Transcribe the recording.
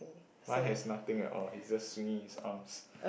mine has nothing at all he's just swinging his arms